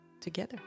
together